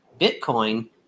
Bitcoin